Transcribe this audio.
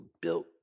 built